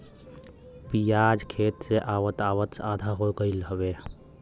पियाज खेत से आवत आवत आधा हो गयल हउवे